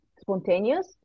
spontaneous